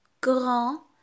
Grand